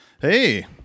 Hey